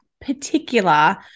particular